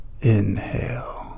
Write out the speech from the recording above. Inhale